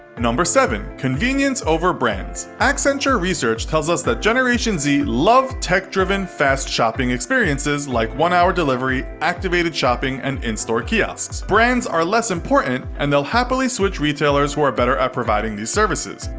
seven. convenience over brands. accenture research tells us that generation z love tech driven, fast shopping experiences like one hour delivery, activated shopping and in-store kiosks. brands are less important and they'll happily switch retailers who are better at providing these services.